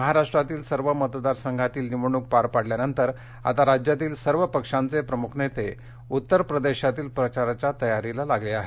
महाराष्ट्रातील सर्व मतदार संघातील निवडणूक पार पडल्यानंतर आता राज्यातील सर्व पक्षांचे प्रमुख नेते उत्तर प्रदेशातील प्रचाराच्या तयारीला लागले आहेत